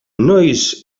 noiz